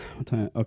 okay